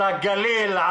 על הגליל.